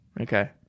Okay